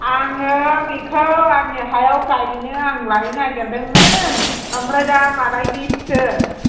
आङो बेखौ आंनि हायाव गायनो आं लायनो नागेरदोंमोन ओमफ्राय दामालाय बेसेथो